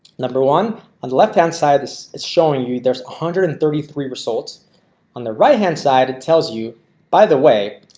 number one on the left hand side. this is showing you there's a hundred and thirty three results on the right hand side. it tells you by the way,